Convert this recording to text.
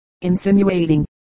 insinuating